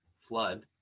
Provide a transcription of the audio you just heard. flood